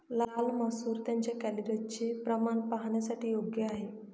लाल मसूर त्यांच्या कॅलरीजचे प्रमाण पाहणाऱ्यांसाठी योग्य आहे